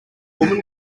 woman